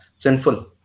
sinful